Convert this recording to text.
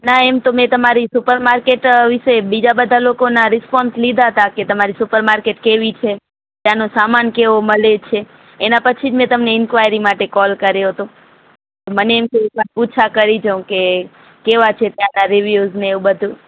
ના એમ તો મેં તમારી સુપરમાર્કેટ વિશે બીજા બધા લોકોના રિસ્પોન્સ લીધા હતા કે તમારી સુપરમાર્કેટ કેવી છે ત્યાંનો સામાન કેવો મળે છે એના પછી જ મેં તમને ઇન્ક્વાયરી માટે કોલ કર્યો હતો મને એમ કે એકવાર પૂછા કરી જોઉં કે કેવા છે ત્યાંના રિવ્યૂઝ ને એવું બધું